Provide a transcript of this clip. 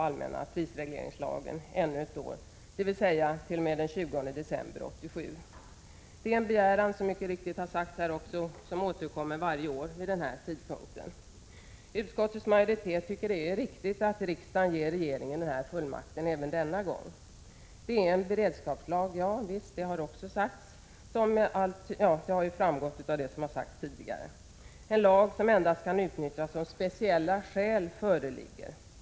Det är, som det mycket riktigt sagts här, en begäran som återkommer varje år vid den här tiden. Utskottets majoritet tycker att det är riktigt att riksdagen även denna gång ger regeringen fullmakten. Det gäller en beredskapslag, vilket också har framgått av vad som sagts tidigare. Det är en lag som endast kan utnyttjas om speciella skäl föreligger.